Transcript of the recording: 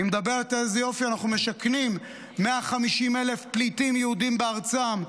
היא מדברת על איזה יופי אנחנו משכנים 150,000 פליטים יהודים בארצם.